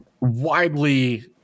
widely